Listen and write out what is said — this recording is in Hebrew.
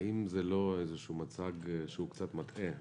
האם זה לא מצג קצת מטעה?